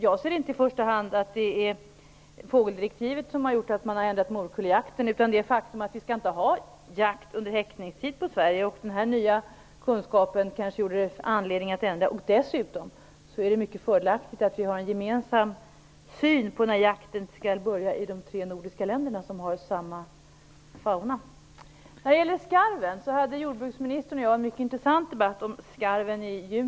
Jag ser inte i första hand att det är fågeldirektivet som har gjort att man har ändrat morkullejakten utan det faktum att vi i Sverige inte skall ha jakt under häckningstid. Den här nya kunskapen kanske gjorde att det fanns anledning att ändra jakten. Dessutom är det mycket fördelaktigt att vi har en gemensam syn på när jakten skall börja i de tre nordiska länderna, som har samma fauna. Jordbruksministern och jag hade i juni 1995 en mycket intressant debatt om skarven.